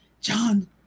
John